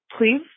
Please